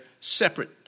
separate